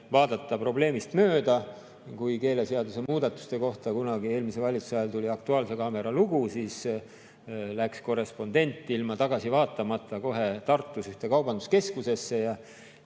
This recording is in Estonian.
vaadata probleemist mööda. Kui keeleseaduse muudatuste kohta kunagi eelmise valitsuse ajal tuli "Aktuaalse kaamera" lugu, siis läks korrespondent ilma tagasi vaatamata kohe Tartus ühte kaubanduskeskusesse,